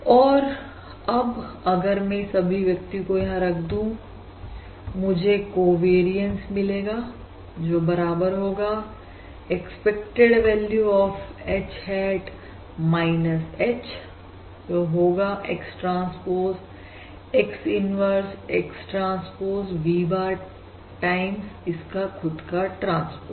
और अब अगर मैं इस अभिव्यक्ति को यहां रख दूं मुझे कोवेरियंस मिलेगा जो बराबर होगा expected value of H hat H जो होगा X transpose X inverse X transpose V bar time इसका खुद का ट्रांसपोज